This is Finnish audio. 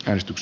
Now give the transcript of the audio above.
äänestys